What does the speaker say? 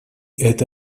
это